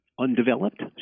undeveloped